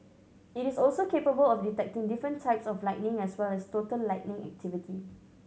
it is also capable of detecting different types of lightning as well as total lightning activity